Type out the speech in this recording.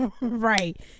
right